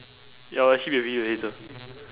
ya I'll actually be a video editor